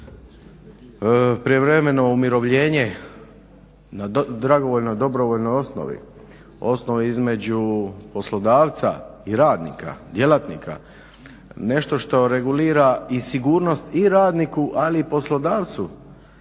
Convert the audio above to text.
prijevremeno umirovljenje na dragovoljnoj, dobrovoljnoj osnovi, osnovi između poslodavca i radnika, djelatnika, nešto što regulira i sigurnost i radniku ali i poslodavcu